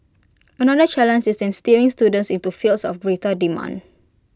another challenge is in steering students into fields of greater demand